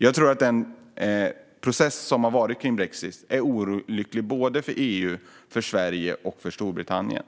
Jag tror att den process som har varit kring brexit är olycklig för EU, för Sverige och för Storbritannien.